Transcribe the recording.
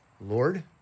Lord